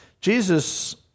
Jesus